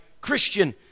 Christian